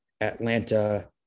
atlanta